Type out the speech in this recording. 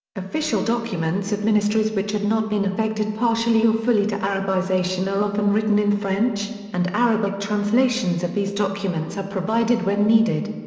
official documents of ministries which had not been affected partially or fully to arabization are often written in french, and arabic translations of these documents are provided when needed.